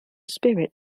spirit